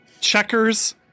Checkers